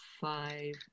five